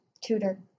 tutor